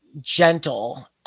gentle